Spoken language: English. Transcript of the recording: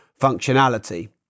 functionality